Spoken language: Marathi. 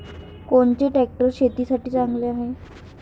कोनचे ट्रॅक्टर शेतीसाठी चांगले हाये?